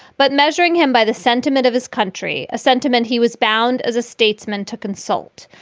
but measuring him by the sentiment of his country, a sentiment he was bound as a statesman to consult.